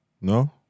No